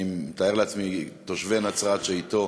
אני מתאר לעצמי תושבי נצרת שאתו,